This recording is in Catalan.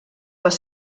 les